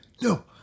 no